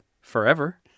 forever